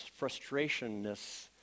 frustrationness